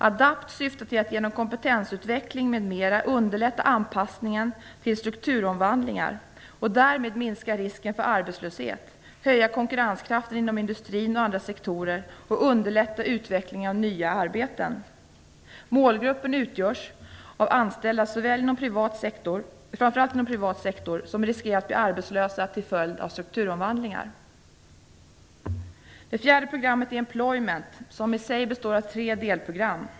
Adapt syftar till att genom kompetensutveckling m.m. underlätta anpassningen till strukturomvandlingar och därmed minska risken för arbetslöshet, höja konkurrenskraften inom industrin och andra sektorer samt underlätta utvecklingen av nya arbeten. Målgruppen utgörs av anställda framför allt inom privat sektor som riskerar att bli arbetslösa till följd av strukturomvandlingar. Det fjärde programmet är Employment, som i sig består av tre delprogram.